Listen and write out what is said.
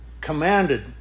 commanded